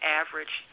average